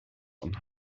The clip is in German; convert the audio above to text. von